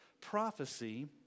prophecy